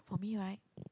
for me right